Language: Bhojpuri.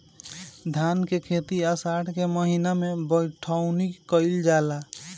धान के खेती आषाढ़ के महीना में बइठुअनी कइल जाला?